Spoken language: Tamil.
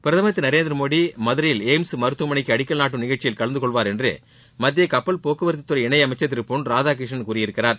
பிரதமர் திரு நரேந்திர மோடி மதுரையில் எயிம்ஸ் மருத்துவமனைக்கு அடிக்கல் நாட்டும் நிகழ்ச்சியில் கலந்துகொள்வார் என்று மத்திய கப்பல் போக்குவரத்துத்துறை இணையமைச்சர் திரு பொன் ராதாகிருஷ்ணன் கூறியிருக்கிறார்